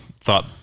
thought